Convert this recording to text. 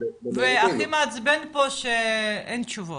והכי מעצבן פה שאין תשובות.